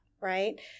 right